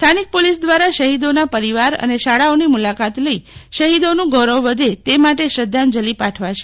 સ્થાનિક પોલિસ દ્વારા શહીદોના પરિવાર અને શાળાઓની મુલાકાત લઈ શહીદોનું ગૌરવ વધે તે માટે શ્રધ્ધાંજલિ પાઠવાશે